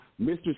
Mr